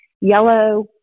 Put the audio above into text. Yellow